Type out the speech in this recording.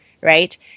right